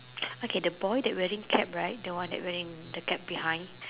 okay the boy that wearing cap right the one that wearing the cap behind